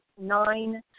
nine